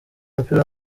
umupira